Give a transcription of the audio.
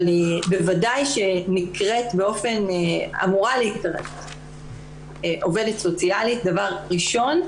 אבל בוודאי שאמורה להיקרא עובדת סוציאלית דבר ראשון,